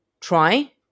Try